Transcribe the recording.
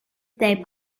they